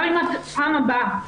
גם אם בפעם הבאה,